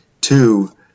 two